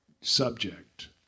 subject